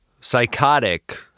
psychotic